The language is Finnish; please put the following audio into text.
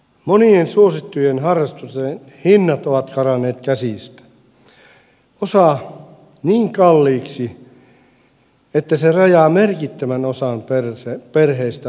monien suosittujen harrastusten hinnat ovat karanneet käsistä osa niin kalliiksi että se rajaa merkittävän osan perheistä harrastuksen ulkopuolelle